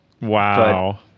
wow